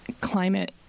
climate